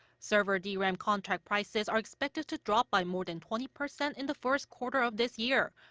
server dram contract prices are expected to drop by more than twenty percent in the first quarter of this year,